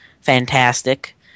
fantastic